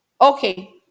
Okay